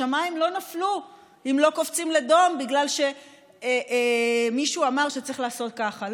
השמיים לא נפלו אם לא קופצים לדום בגלל שמישהו אמר שצריך לעשות ככה.